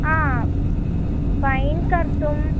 हा बैण्ड् कर्तुम्